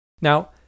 Now